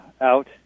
out